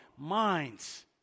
minds